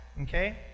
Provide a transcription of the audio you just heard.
Okay